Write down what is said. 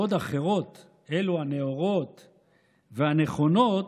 בעוד אחרות, אלו הנאורות והנכונות,